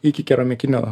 iki keramikinio